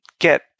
get